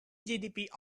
gdp